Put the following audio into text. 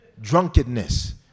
Drunkenness